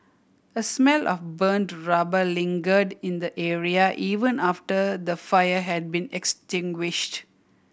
a smell of burnt rubber lingered in the area even after the fire had been extinguished